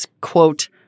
quote